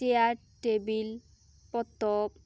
chair table ᱯᱚᱛᱚᱵ